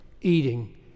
Eating